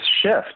shift